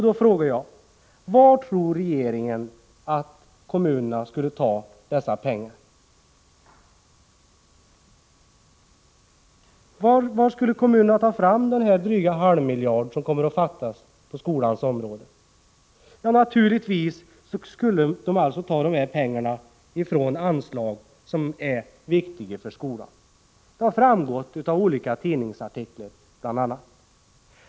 Då frågar jag: Var tror regeringen att kommunerna kommer att ta dessa pengar, denna dryga halvmiljard som kommer att fattas på skolans område? Naturligtvis skulle dessa pengar tas från andra anslag som är viktiga för skolan. Det har framgått bl.a. av olika tidningsartiklar.